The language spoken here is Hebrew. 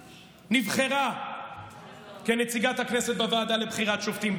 נבחרה לנציגת הכנסת בוועדה לבחירת שופטים.